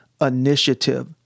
initiative